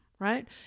right